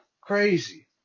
crazy